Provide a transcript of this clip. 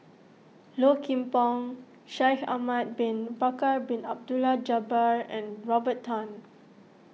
Low Kim Pong Shaikh Ahmad Bin Bakar Bin Abdullah Jabbar and Robert Tan